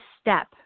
step